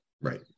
Right